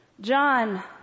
John